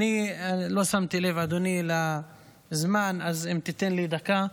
לא שמתי לב, אדוני, לזמן, אז אם תיתן לי דקה,